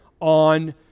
on